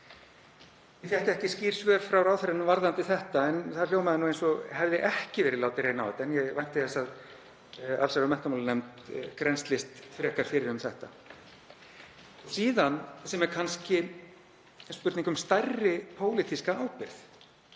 Ég fékk ekki skýr svör frá ráðherranum varðandi þetta en það hljómaði eins og ekki hefði verið látið reyna á þetta. Ég vænti þess að allsherjar- og menntamálanefnd grennslist frekar fyrir um þetta. Síðan er kannski spurning um stærri pólitíska ábyrgð.